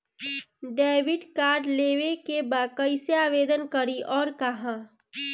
Debit card लेवे के बा कइसे आवेदन करी अउर कहाँ?